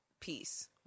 peace